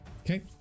Okay